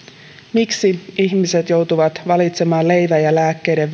miksi ihmiset joutuvat valitsemaan leivän ja lääkkeiden